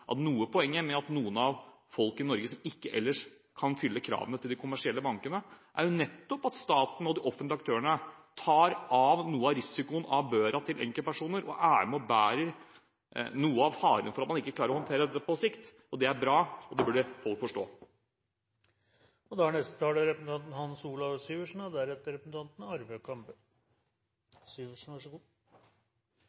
til: Noe av poenget er at for folk i Norge som ellers ikke kan fylle kravene til de kommersielle bankene, er det nettopp staten og de offentlige aktørene som tar noe av risikoen – av børa – til enkeltpersoner. De er med og bærer noe av faren hvis man ikke klarer å håndtere dette på sikt. Det er bra, og det burde folk forstå. Ja, det var tydeligvis en øm tå, det å konstatere hva som er